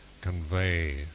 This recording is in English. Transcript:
convey